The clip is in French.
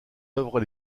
œuvres